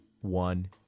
One